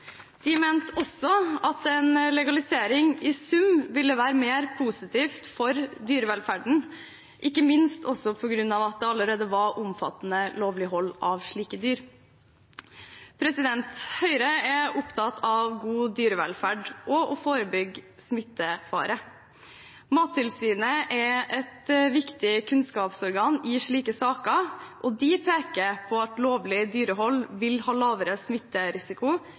De mente også at en legalisering i sum ville være mer positivt for dyrevelferden, ikke minst også på grunn av at det allerede var omfattende ulovlig hold av slike dyr. Høyre er opptatt av god dyrevelferd og av å forebygge smittefare. Mattilsynet er et viktig kunnskapsorgan i slike saker. De peker på at lovlig dyrehold vil ha lavere smitterisiko